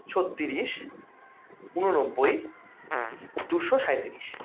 ছত্রিশ উননব্বই দুশো সাঁইতিরিশ